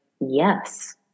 yes